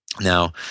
Now